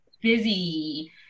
busy